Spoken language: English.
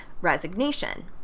resignation